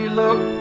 look